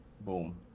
Boom